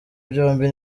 byombi